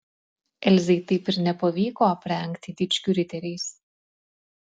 elzei taip ir nepavyko aprengti dičkių riteriais